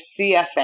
CFA